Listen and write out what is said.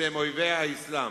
שהם אויבי האסלאם.